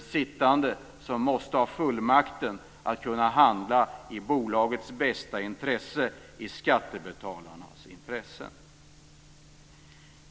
sittande regeringen som måste ha fullmakt att kunna handla i bolagets intresse och i skattebetalarnas intressen.